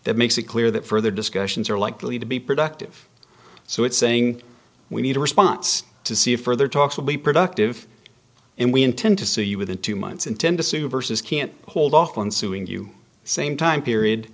that makes it clear that further discussions are likely to be productive so it's saying we need a response to see if further talks will be productive and we intend to see you within two months intend to sue versus can't hold off on suing you same time period